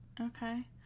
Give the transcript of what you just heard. okay